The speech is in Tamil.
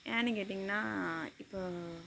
ஏன்னெனு கேட்டிங்கன்னால் இப்போது